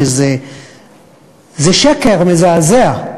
שזה שקר מזעזע,